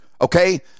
okay